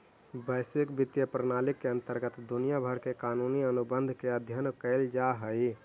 वैश्विक वित्तीय प्रणाली के अंतर्गत दुनिया भर के कानूनी अनुबंध के अध्ययन कैल जा हई